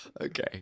Okay